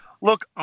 Look